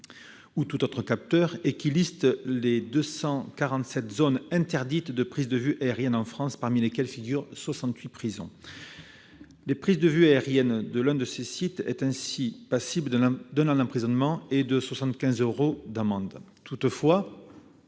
ou tout autre capteur. Parmi les 247 zones interdites de prises de vues aériennes en France figurent 68 prisons. La prise de vues aériennes de l'un de ces sites est ainsi passible d'un an d'emprisonnement et de 75 000 euros d'amende. Toutefois,